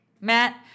Matt